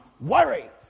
worry